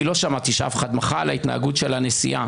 כי לא שמעתי שאף אחד מחה על ההתנהגות של הנשיאה.